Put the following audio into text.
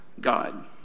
God